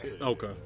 Okay